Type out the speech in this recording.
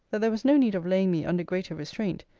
that there was no need of laying me under greater restraint,